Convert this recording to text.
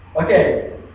okay